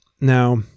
Now